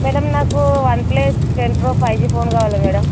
madam నాకు OnePlus ten pro five G phone కావాలి madam